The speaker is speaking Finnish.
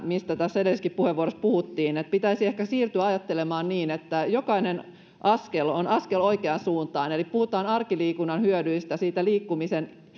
mistä edellisessäkin puheenvuorossa puhuttiin että pitäisi ehkä siirtyä ajattelemaan niin että jokainen askel on askel oikeaan suuntaan eli puhutaan arkiliikunnan hyödyistä siitä liikkumisen